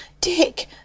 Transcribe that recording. Dick